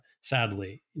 sadly